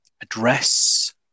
address